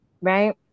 right